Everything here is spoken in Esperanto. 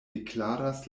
deklaras